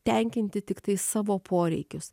tenkinti tiktai savo poreikius